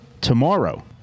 tomorrow